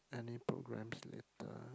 any programs later